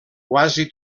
quasi